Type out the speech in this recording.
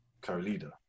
co-leader